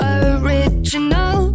original